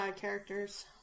characters